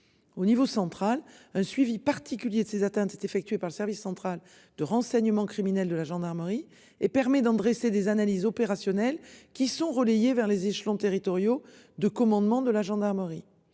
Au niveau central, un suivi particulier de ces atteintes est effectuée par le Service central de renseignement criminel de la gendarmerie et permet d'en dresser des analyses opérationnelles qui sont relayées vers les échelons territoriaux de commandement de la gendarmerie.